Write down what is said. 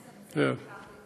שנים אנחנו רוצים לצמצם בכך וכך?